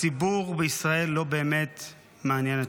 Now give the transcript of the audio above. הציבור בישראל לא באמת מעניין אתכם.